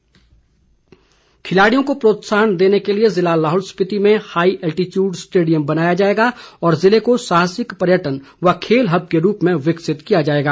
गोविंद ठाकुर खिलाड़ियों को प्रोत्साहन देने के लिए जिला लाहौल स्पिति में हाई एल्टीचियूड स्टेडियम बनाया जाएगा और जिले को साहसिक पर्यटन व खेल हब के रूप में विकसित किया जाएगा